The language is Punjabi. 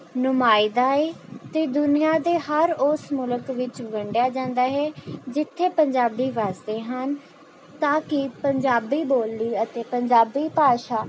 ਨੁਮਾਇਦਾ ਏ ਅਤੇ ਦੁਨੀਆਂ ਦੇ ਹਰ ਉਸ ਮੁਲਕ ਵਿੱਚ ਵੰਡਿਆ ਜਾਂਦਾ ਏ ਜਿੱਥੇ ਪੰਜਾਬੀ ਵੱਸਦੇ ਹਨ ਤਾਂ ਕਿ ਪੰਜਾਬੀ ਬੋਲੀ ਅਤੇ ਪੰਜਾਬੀ ਭਾਸ਼ਾ